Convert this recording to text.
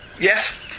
Yes